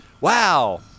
Wow